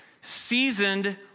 seasoned